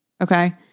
okay